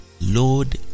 Lord